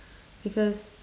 because